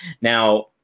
Now